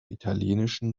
italienischen